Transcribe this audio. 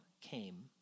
came